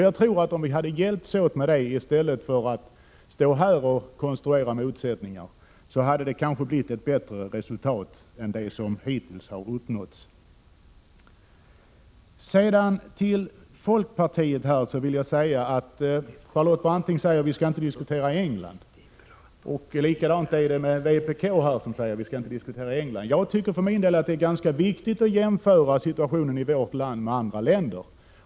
Jag tror att om vi hade hjälpts åt med detta i stället för att stå här och konstruera motsättningar, så hade resultatet blivit bättre än det som nu uppnåtts. Charlotte Branting säger att vi skall inte diskutera England. Likadant säger vpk. Jag tycker för min del att det är ganska viktigt att jämföra situationen i vårt land med situationen i andra länder.